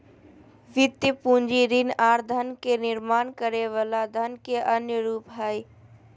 वित्तीय पूंजी ऋण आर धन के निर्माण करे वला धन के अन्य रूप हय